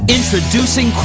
Introducing